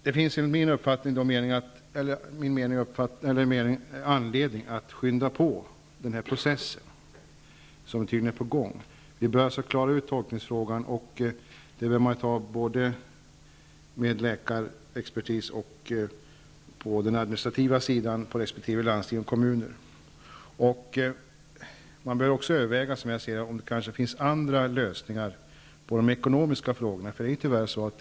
Det finns enligt min uppfattning anledning att skynda på den process som tydligen är på gång. Vi bör klara ut tolkningsfrågan. Det bör ske både med hjälp av läkarexpertis och den administrativa sidan på resp. landsting och kommuner. Man bör också överväga om det finns andra lösningar på de ekonomiska frågorna.